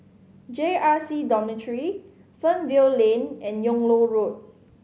J R C Dormitory Fernvale Lane and Yung Loh Road